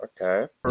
Okay